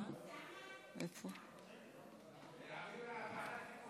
ההצעה להעביר